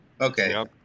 Okay